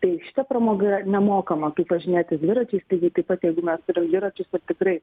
tai šita pramoga yra nemokama kaip važinėti dviračiais taigi taip pat jeigu mes turim dviračius ir tikrai